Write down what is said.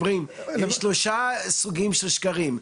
אומרים שיש סוגים שלושה סוגים של שקרים: